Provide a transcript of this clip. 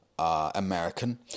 American